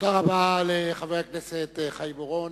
תודה רבה לחבר הכנסת חיים אורון.